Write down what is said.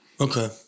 Okay